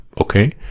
Okay